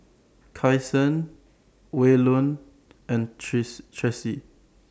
Kasen Waylon and tress Tressie